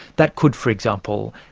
that could, for example,